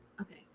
Okay